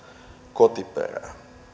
kotiperää